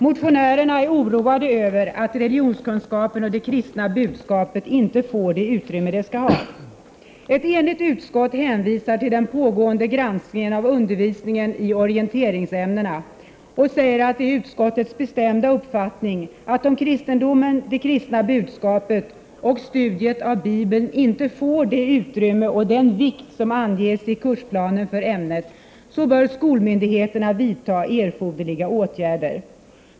Motionärerna är oroade över att religionskunskapen och det kristna budskapet inte får det utrymme de skall ha. Ett enigt utskott hänvisar till den pågående granskningen av undervisningeniorienteringsämnena och säger att det är utskottets bestämda uppfattning att om kristendomen, det kristna budskapet och studiet av Bibeln inte får det utrymme och den vikt som anges i kursplanen för ämnet, bör skolmyndigheterna vidta erforderliga åtgärder.